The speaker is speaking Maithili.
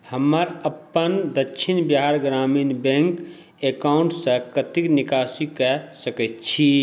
हमर अपन दक्षिण बिहार ग्रामीण बैँक एकाउण्टसे कतेक निकासी कऽ सकै छी